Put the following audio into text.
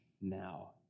now